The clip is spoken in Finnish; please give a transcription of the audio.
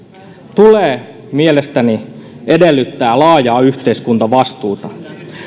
tulee mielestäni edellyttää laajaa yhteiskuntavastuuta